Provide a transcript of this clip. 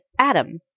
Adam